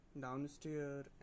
downstairs